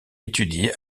étudie